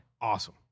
Awesome